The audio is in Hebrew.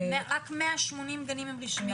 רק 180 גנים הם רשמיים.